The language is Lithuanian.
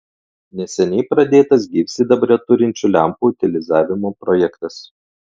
neseniai pradėtas gyvsidabrio turinčių lempų utilizavimo projektas